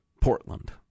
Portland